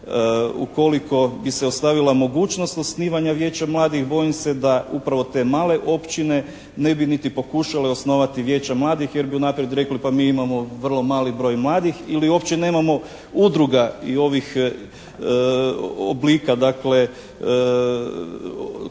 ukoliko bi se ostavila mogućnost osnivanja Vijeća mladih bojim se da upravo te male općine ne bi niti pokušale osnovati Vijeća mladih jer bi unaprijed rekli pa mi imamo vrlo mali broj mladih ili uopće nemamo udruga i ovih oblika dakle